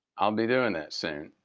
i'll be doing that soon